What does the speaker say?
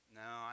no